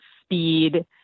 speed